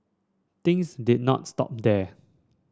things did not stop there